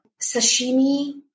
sashimi